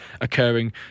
occurring